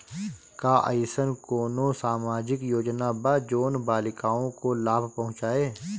का अइसन कोनो सामाजिक योजना बा जोन बालिकाओं को लाभ पहुँचाए?